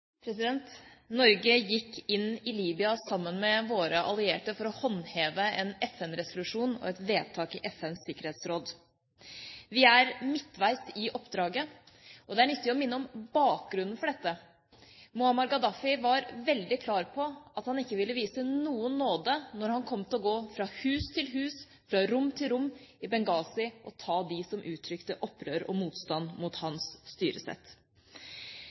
midtveis i oppdraget, og det er nyttig å minne om bakgrunnen for dette. Muammar al-Gaddafi var veldig klar på at han ikke ville vise noen nåde når han kom til å gå fra hus til hus, fra rom til rom i Benghazi og ta dem som uttrykte opprør og motstand mot hans styresett.